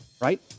right